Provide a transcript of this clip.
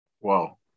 Wow